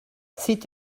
c’est